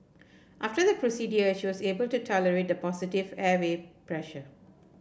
after the procedure she was able to tolerate the positive airway pressure